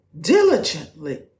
diligently